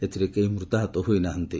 ଏଥିରେ କେହି ମୃତାହତ ହୋଇନାହାନ୍ତି